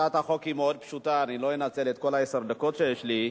הצעת חוק הגנת הצומח (תיקון,